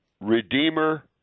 redeemer